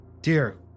Dear